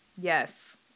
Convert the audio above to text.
Yes